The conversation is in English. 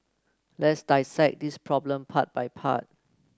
let's dissect this problem part by part